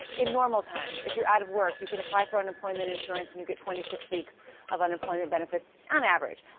in normal times if you're out of work you can apply for an unemployment insurance and you get twenty six weeks of unemployment benefits on average.